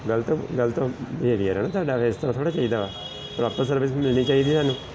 ਗਲਤ ਗਲਤ ਬਿਹੇਵੀਅਰ ਆ ਨਾ ਤੁਹਾਡਾ ਫਿਰ ਇਸ ਤਰ੍ਹਾਂ ਥੋੜ੍ਹਾ ਚਾਹੀਦਾ ਵਾ ਪ੍ਰੋਪਰ ਸਰਵਿਸ ਮਿਲਣੀ ਚਾਹੀਦੀ ਸਾਨੂੰ